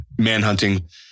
manhunting